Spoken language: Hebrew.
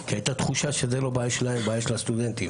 כי היתה תחושה שזו לא בעיה שלהם אלא בעיה של הסטודנטים.